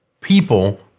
people